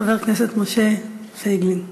חבר הכנסת משה פייגלין.